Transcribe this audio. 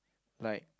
like